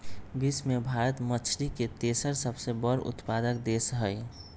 विश्व में भारत मछरी के तेसर सबसे बड़ उत्पादक देश हई